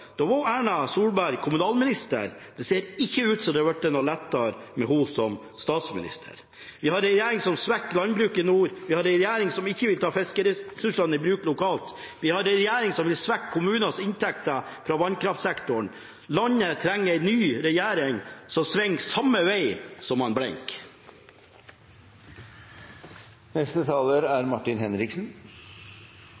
Da var Erna Solberg kommunalminister. Det ser ikke ut som det har blitt noe lettere med henne som statsminister. Vi har en regjering som svekker landbruket i nord. Vi har en regjering som ikke vil ta fiskeressursene i bruk lokalt. Vi har en regjering som vil svekke kommunenes inntekter fra vannkraftsektoren. Landet trenger en ny regjering som svinger samme veg som man